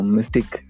Mystic